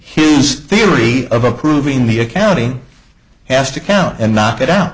his theory of approving the accounting has to count and knock it out